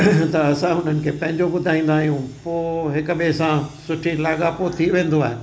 त असां उन्हनि खे पंहिंजो ॿुधाईंदा आहियूं पोइ हिकु ॿिएं सां सुठी लाॻापो थी वेंदो आहे